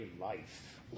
life